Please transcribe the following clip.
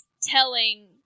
telling